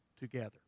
together